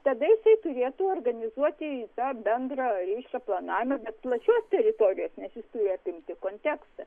tada jisai turėtų organizuoti į tą bendrą reiškia planavimą bet plačios teritorijos nes jis turi apimti kontekstą